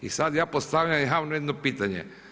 I sad ja postavljam javno jedno pitanje.